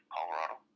Colorado